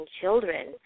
children